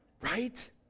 Right